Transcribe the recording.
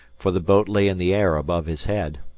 for the boat lay in the air above his head.